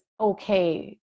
okay